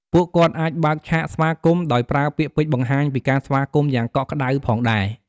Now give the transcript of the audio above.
ពួកគាត់អាចបើកឆាកស្វាគមន៍ ដោយប្រើពាក្យពេចន៍បង្ហាញពីការស្វាគមន៍យ៉ាងកក់ក្ដៅផងដែរ។